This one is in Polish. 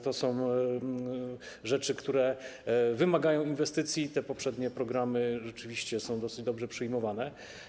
To są rzeczy, które wymagają inwestycji, i te poprzednie programy rzeczywiście są dosyć dobrze przyjmowane.